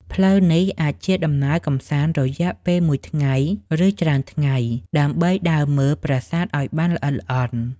ផ្លូវនេះអាចជាដំណើរកម្សាន្តរយៈពេលមួយថ្ងៃ ឬច្រើនថ្ងៃដើម្បីដើរមើលប្រាសាទឱ្យបានល្អិតល្អន់។